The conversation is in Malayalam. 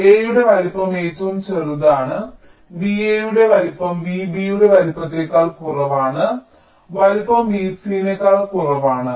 A യുടെ വലുപ്പം ഏറ്റവും ചെറുതാണ് v A യുടെ വലുപ്പം v B യുടെ വലുപ്പത്തേക്കാൾ കുറവാണ് വലുപ്പം v C നേക്കാൾ കുറവാണ്